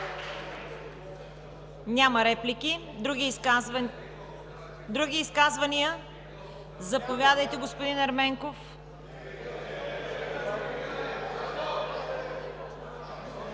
Няма. Други изказвания? Заповядайте, господин Ерменков.